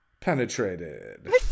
penetrated